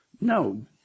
no